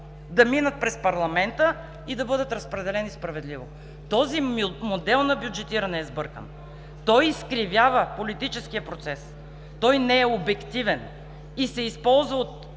да минат през парламента и да бъдат разпределени справедливо. Този модел на бюджетиране е сбъркан. Той изкривява политическия процес. Той не е обективен и се използва от